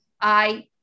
I-